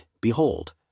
Behold